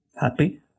happy